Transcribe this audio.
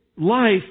life